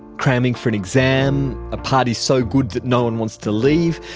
cramming for an exam, a party so good that no one wants to leave,